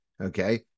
Okay